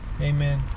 Amen